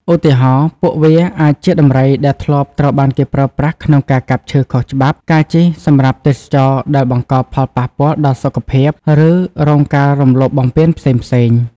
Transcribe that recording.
ឧទាហរណ៍ ពួកវាអាចជាដំរីដែលធ្លាប់ត្រូវបានគេប្រើប្រាស់ក្នុងការកាប់ឈើខុសច្បាប់ ការជិះសម្រាប់ទេសចរណ៍ដែលបង្កផលប៉ះពាល់ដល់សុខភាព ឬរងការរំលោភបំពានផ្សេងៗ។